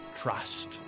Trust